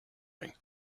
ring